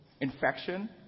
infection